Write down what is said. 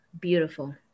beautiful